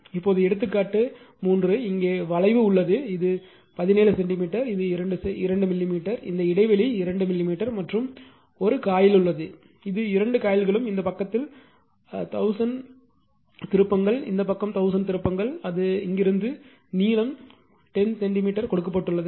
இப்போது எடுத்துக்காட்டு 3 இங்கே வளைவு உள்ளது இது 17 சென்டிமீட்டர் இது 2 மில்லிமீட்டர் இந்த இடைவெளி 2 மில்லிமீட்டர் மற்றும் 1 காயில் உள்ளது இது இரண்டு காயில்களும் இந்த பக்கத்தில் 1000 திருப்பங்கள் இந்த பக்கம் 1000 திருப்பங்கள் இங்கே அது இங்கிருந்து நீளம் 10 சென்டிமீட்டர் கொடுக்கப்பட்டுள்ளது